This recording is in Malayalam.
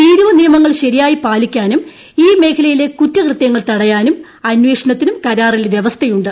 തീരുവ നിയമങ്ങൾ ശരിയായി പാലിക്കാനും ഈ മേഖലയിലെ കുറ്റകൃത്യങ്ങൾ തടയാനും അന്ദ്യേഷ്ണ്ത്തിനും കരാറിൽ വ്യവസ്ഥയുണ്ട്